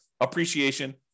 appreciation